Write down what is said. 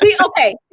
Okay